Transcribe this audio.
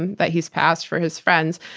and that he's passed, for his friends,